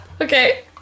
Okay